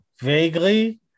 vaguely